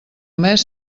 mes